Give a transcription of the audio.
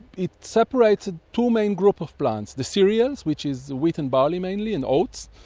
it separates ah two main groups of plants the cereals, which is wheat and barley mainly and oats,